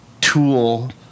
tool